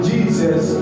Jesus